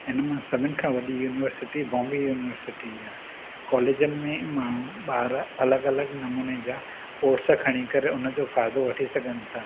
इन मां सभिनी खां वॾी यूनीवर्सिटी बॉम्बे यूनीवर्सिटी आहे कॉलेजनि में माण्हू ॿार अलॻि अलॻि नमूने जा कोर्स खणी करे उनजो फ़ाइदो वठी सघनि था